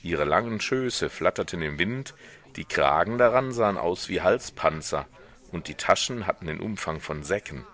ihre langen schöße flatterten im winde die kragen daran sahen aus wie halspanzer und die taschen hatten den umfang von säcken